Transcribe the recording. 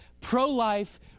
pro-life